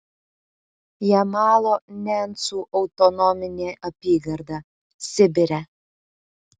jamalo nencų autonominė apygarda sibire